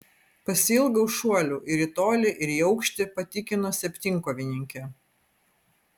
pasiilgau šuolių ir į tolį ir į aukštį patikino septynkovininkė